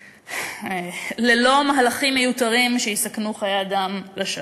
אבל ללא מהלכים מיותרים שיסכנו חיי אדם לשווא.